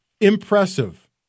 impressive